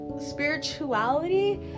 spirituality